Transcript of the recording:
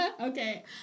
Okay